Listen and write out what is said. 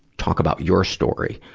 talk about your story.